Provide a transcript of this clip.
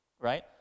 right